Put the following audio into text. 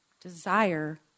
desire